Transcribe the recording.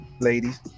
ladies